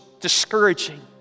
discouraging